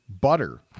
butter